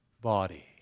body